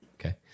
Okay